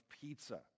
pizza